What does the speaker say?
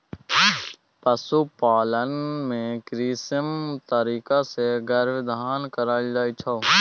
पशुपालन मे कृत्रिम तरीका सँ गर्भाधान कराएल जाइ छै